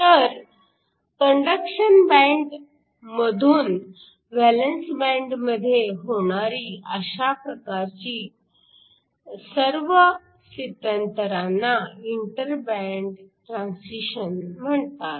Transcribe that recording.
तर conduction band मधून valence बँडमध्ये होणारी अशा सर्व प्रकारच्या स्थित्यंतरांना इंटर बँड ट्रान्सिशन म्हणतात